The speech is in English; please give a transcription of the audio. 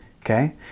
okay